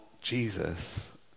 Jesus